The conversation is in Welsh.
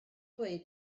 dweud